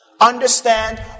Understand